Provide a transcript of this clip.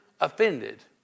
offended